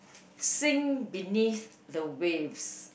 sink beneath the waves